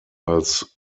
als